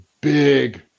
big